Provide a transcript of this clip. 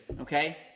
Okay